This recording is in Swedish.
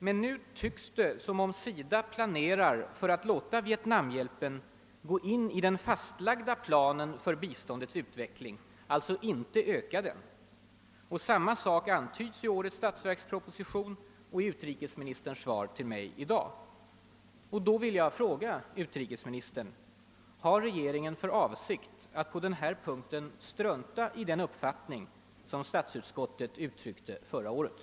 Men nu tycks det som om SIDA planerar för att låta Vietnamhjälpen gå in i den fastlagda planen för biståndets utveckling, alltså inte öka den. Samma sak antyds i årets statsverksproposition och i utrikesministerns svar till mig i dag.